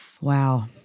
Wow